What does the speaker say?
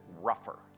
rougher